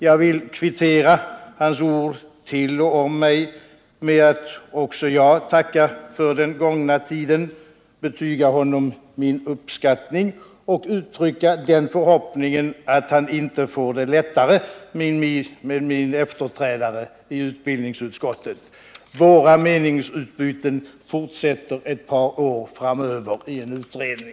Jag vill kvittera hans ord till och om mig med att också jag tackar för den gångna tiden, betygar honom min uppskattning och uttrycker den förhoppningen att han inte får det lättare med min efterträdare i utbildningsutskottet. Våra meningsutbyten fortsätter ett par år framöver i en utredning.